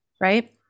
right